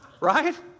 right